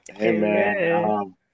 Amen